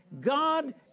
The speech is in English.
God